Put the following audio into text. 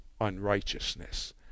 unrighteousness